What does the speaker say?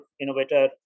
innovator